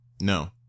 No